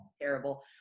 terrible